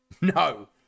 no